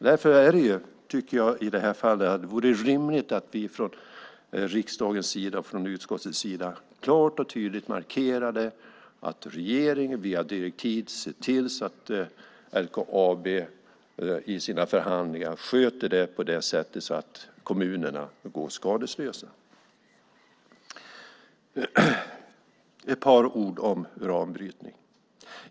Därför tycker jag att det i det här fallet hade varit rimligt att vi från riksdagens sida och från utskottets sida klart och tydligt hade markerat att regeringen via direktiv skulle se till att LKAB i sina förhandlingar sköter detta på ett sätt så att kommunerna går skadeslösa. Jag ska säga ett par ord om uranbrytning.